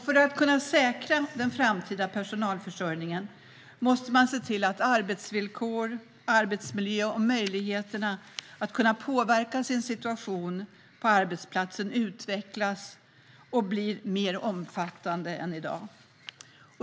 För att kunna säkra den framtida personalförsörjningen måste man se till att arbetsvillkoren, arbetsmiljön och möjligheterna att påverka sin situation på arbetsplatsen utvecklas. De behöver bli mer omfattande än i dag.